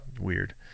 weird